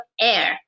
air